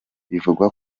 bivugwa